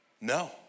No